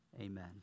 Amen